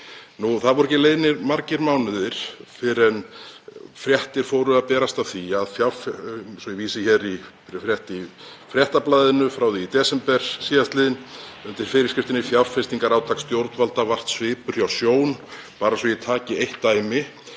Ekki voru liðnir margir mánuðir áður en fréttir fóru að berast af því átaki, svo ég vísi hér í frétt í Fréttablaðinu frá því í desember sl. undir yfirskriftinni: Fjárfestingarátak stjórnvalda vart svipur hjá sjón, bara svo að ég taki eitt dæmi.